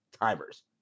timers